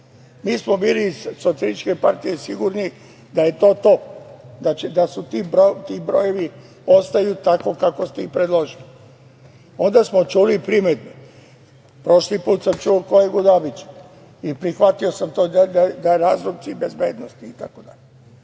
Mi smo bili iz SPS sigurni da je to to, da ti brojevi ostaju tako kako ste ih predložili. Onda smo čuli primedbe. Prošli put sam čuo kolegu Dabića i prihvatio sam to, da su razlozi bezbednosti itd.